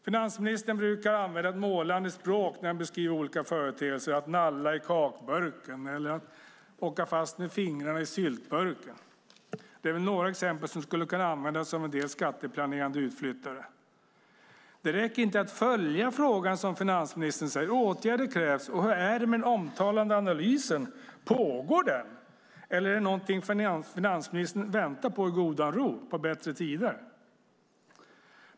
Finansministern brukar använda ett målande språk när han beskriver olika företeelser, till exempel att nalla i kakburken eller att åka fast med fingrarna i syltburken. Det är några exempel som skulle kunna användas om en del skatteplanerande utflyttare. Det räcker inte att följa frågan, som finansministern säger. Åtgärder krävs. Och hur är det med den omtalade analysen? Pågår den, eller är det någonting som finansministern väntar på i godan ro? Väntar han på bättre tider?